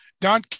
Don